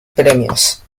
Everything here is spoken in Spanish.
premios